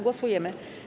Głosujemy.